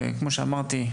וכמו שאמרתי,